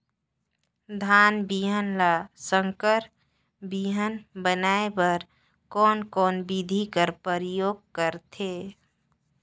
धान बिहान ल संकर बिहान बनाय बर कोन कोन बिधी कर प्रयोग करथे?